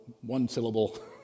one-syllable